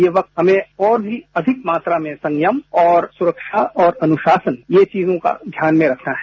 ये वक्त हमें और अधिक मात्रा में संयम और अनुशासन ये चीजों का ध्यान में रखना है